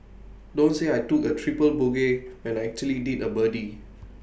don't say I took A triple bogey when I actually did A birdie